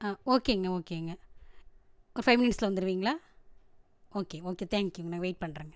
ஆ ஓகேங்க ஓகேங்க ஒரு ஃபைவ் மினிட்ஸில் வந்துருவீங்களா ஓகே ஓகே தேங்க்யூ நாங்கள் வெயிட் பண்ணுறங்க